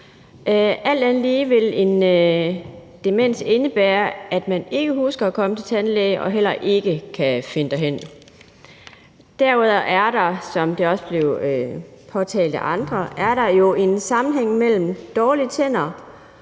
Alt andet lige vil en demens indebære, at man ikke husker at komme til tandlæge og heller ikke kan finde derhen. Derudover er der, som det også er blevet påpeget af andre, en sammenhæng mellem dårlige tænder